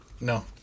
No